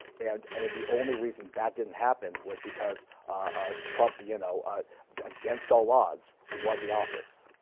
and and, the only reason that didn't happen was because ah trump, you know against all odds won the office.